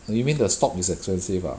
you mean the stock is expensive lah